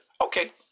okay